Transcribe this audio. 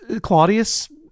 Claudius